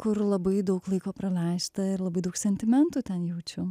kur labai daug laiko praleista ir labai daug sentimentų ten jaučiu